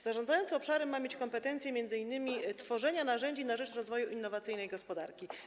Zarządzający obszarem ma mieć kompetencje m.in. w zakresie tworzenia narzędzi na rzecz rozwoju innowacyjnej gospodarki.